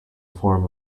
form